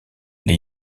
les